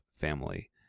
family